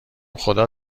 خدا